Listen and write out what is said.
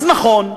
אז נכון,